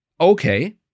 Okay